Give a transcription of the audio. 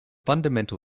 fundamental